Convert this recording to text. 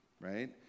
right